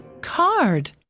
card